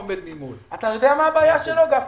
אתה יודע מה הבעיה שלו, גפני?